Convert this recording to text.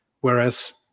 Whereas